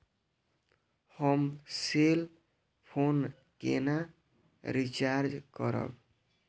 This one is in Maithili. हम सेल फोन केना रिचार्ज करब?